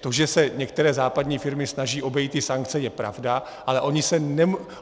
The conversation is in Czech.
To, že se některé západní firmy snaží obejít sankce, je pravda, ale